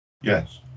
Yes